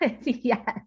Yes